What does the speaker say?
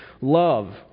Love